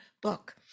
book